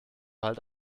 halt